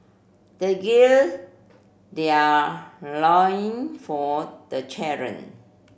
they gird their loin for the challenge